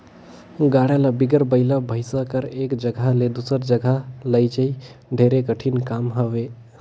गाड़ा ल बिगर बइला भइसा कर एक जगहा ले दूसर जगहा लइजई ढेरे कठिन काम हवे